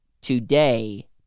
Today